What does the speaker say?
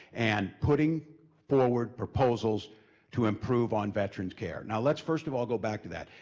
and putting forward proposals to improve on veterans' care. now let's first of all go back to that.